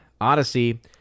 Odyssey